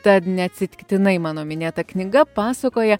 tad neatsitiktinai mano minėta knyga pasakoja